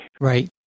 Right